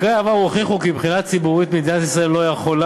מקרי העבר הוכיחו כי מבחינה ציבורית מדינת ישראל לא יכולה